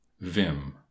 Vim